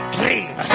dream